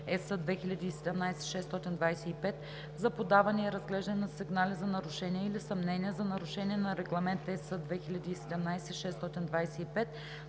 (EС) 2017/625 за подаване и разглеждане на сигнали за нарушения или съмнения за нарушения на Регламент (EС) 2017/625,